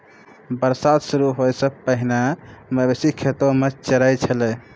बरसात शुरू होय सें पहिने मवेशी खेतो म चरय छलै